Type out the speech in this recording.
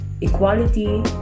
equality